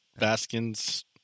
Baskin's